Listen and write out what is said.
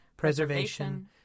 Preservation